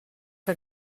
que